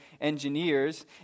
Engineers